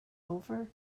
over